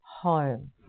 home